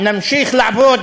נמשיך לעבוד